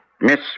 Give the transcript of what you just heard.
Miss